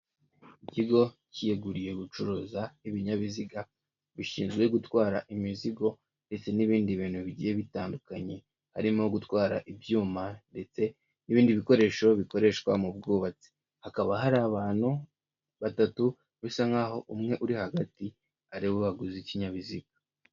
Ikigo cyiyeguriye gucuruza ibinyabiziga bishinzwe gutwara imizigo ndetse n'ibindi bintu bigiye bitandukanye, harimo gutwara ibyuma ndetse n'ibindi bikoresho bikoreshwa mu bwubatsi, hakaba hari abantu batatu bisa nk'aho umwe uri hagati ari we waguze ikinyabiziga.